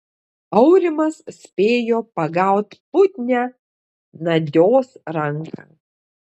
aurimas spėjo pagaut putnią nadios ranką